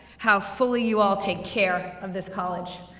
how fully you all take care of this college,